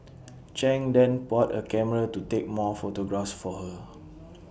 chang then bought A camera to take more photographs for her